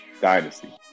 dynasty